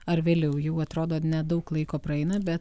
ar vėliau jau atrodo nedaug laiko praeina bet